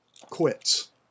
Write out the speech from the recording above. quits